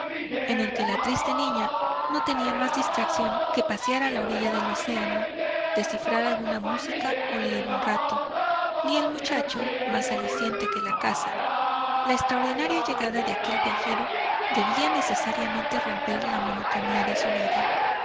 en el que la triste niña no tenía más distracción que pasear a la orilla del océano descifrar alguna música o leer un rato ni el muchacho más aliciente que la caza la extraordinaria llegada de aquel viajero debía necesariamente romper la monotonía de su vida